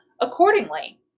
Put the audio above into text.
accordingly